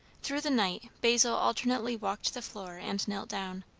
through the night basil alternately walked the floor and knelt down,